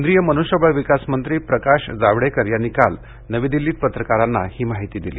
केंद्रीय मनुष्यबळ विकास मंत्री प्रकाश जावडेकर यांनी काल नवी दिल्लीत पत्रकारांना ही माहिती दिली